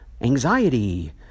anxiety